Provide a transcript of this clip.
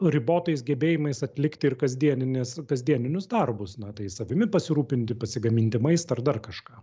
ribotais gebėjimais atlikti ir kasdienines kasdieninius darbus na tai savimi pasirūpinti pasigaminti maistą ar dar kažką